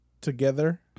together